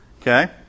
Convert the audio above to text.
okay